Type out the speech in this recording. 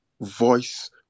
voice